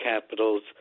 capitals –